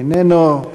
איננו.